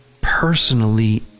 personally